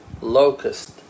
locust